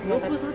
iya ke